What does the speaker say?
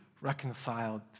reconciled